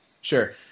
Sure